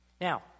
Now